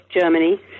Germany